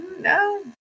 no